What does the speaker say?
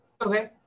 Okay